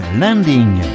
Landing